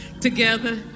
together